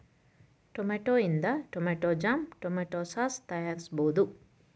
tomato ಇಂದ tomato jam, tomato sauce ತಯಾರಿಸಬೋದು